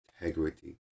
integrity